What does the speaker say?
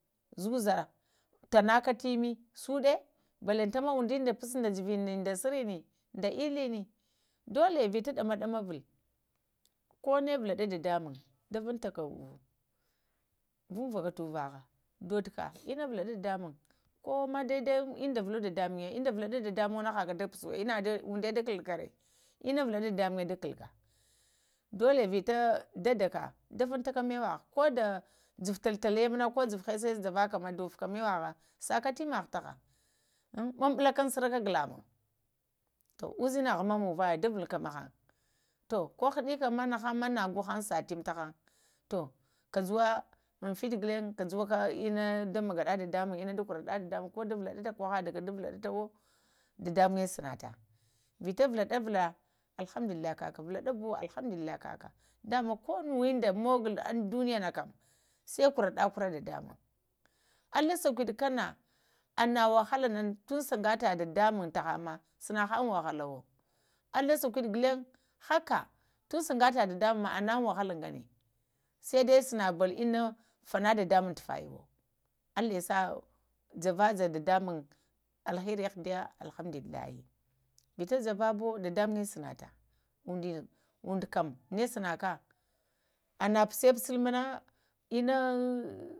Zəza tanaka təmə suda baantanə ondunda pus da surunə da ələnə dola vita ɗama-ɗama vula, ko na vulaɗa dadamuŋm ɗa vulunta ka dundo, vuvaka ta uva doduka ina valaɗo dadamuŋm, dai-dai onda vulo dadamŋye, inda valudu dadamoyo na haka da puso onda da kalukara, ina valaɗa dadamuŋya ɗakalaka, dola vita dadaka da fantaka məwaha ko a duzu-tala-tala mana ko duzu hasa ma da fantaka mawaha, saka tima ha tahaŋ, ŋ ɓam-ɓulaka sara kaga lamuŋ, to ushinaha muŋ vaya da vutka ma haŋ to ko hənika ma nahaŋ me nago sa immə tahaŋ to kajuwa in fətə gulaŋya kajuwa ka ina a magaɗata dadamuŋm ina da koraɗa dadamuŋm ko davuɗata dadamuŋa sanata vita vulaɗavula alhamdulillahi kaka vita valaɗaɓowo alhamdulillahi kaka da ma ko nuwan da ɗamogol am duniya na kam sai koaɗa-kora dadamuŋm əli sakuɗi kana ana wahalana tunajata dadamuŋm ta haŋma sana haŋ wahalwo, əle saɗuɗe ghulaye haka tun sagata dadamŋma an-an wa-halagana, sai dai saɓolu, ina fana dadamuŋmo tufayawo alah yasa java-ya dadamoŋm alheri əh diya alhamdulillahi vita javabuwo dadamuŋ sənata ondu kam na sanaka ana pusa-pusul mana ina zəza.